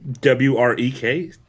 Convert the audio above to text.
W-R-E-K